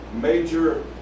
major